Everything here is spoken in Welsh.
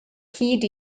hyd